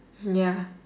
hmm ya